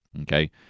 okay